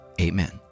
amen